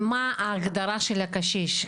מה ההגדרה של הקשיש?